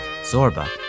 Zorba